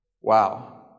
Wow